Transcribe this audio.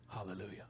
Hallelujah